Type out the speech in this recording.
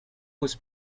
was